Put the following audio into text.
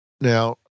Now